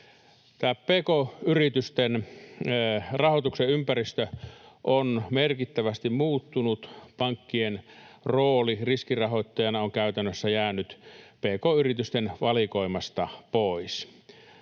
pk-yritysten rahoituksen ympäristö on merkittävästi muuttunut. Pankkien rooli riskirahoittajana on käytännössä jäänyt pk-yritysten valikoimasta pois.